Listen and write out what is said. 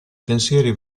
pensieri